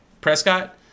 Prescott